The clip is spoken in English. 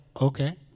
okay